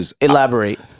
Elaborate